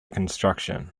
construction